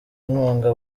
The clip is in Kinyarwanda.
inkunga